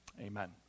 amen